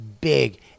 big